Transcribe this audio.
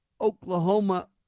Oklahoma